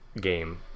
game